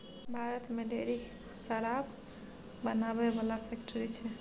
भारत मे ढेरिक शराब बनाबै बला फैक्ट्री छै